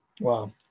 Wow